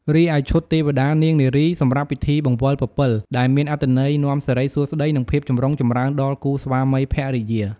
រីឯ ឈុតទេវតានាងនារី សម្រាប់ពិធីបង្វិលពពិល ដែលមានអត្ថន័យនាំសិរីសួស្តី និងភាពចម្រុងចម្រើនដល់គូស្វាមីភរិយា។